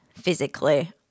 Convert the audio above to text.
physically